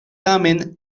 tamen